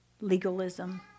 legalism